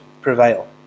prevail